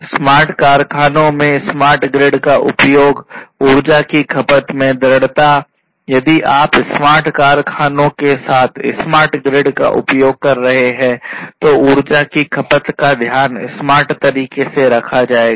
smart कारखानों में smart grid का उपयोग ऊर्जा की खपत में दृढ़ता यदि आप स्मार्ट कारखानों के साथ स्मार्ट ग्रिड का उपयोग कर रहे हैं तो ऊर्जा की खपत का ध्यान स्मार्ट तरीके से रखा जाएगा